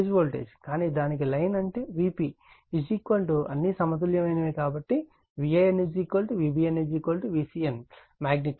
కానీ దానికి లైన్ అంటే Vp అన్నీ సమతుల్యమైనవి కాబట్టి ఇది VAN Vbn VCN మాగ్నిట్యూడ్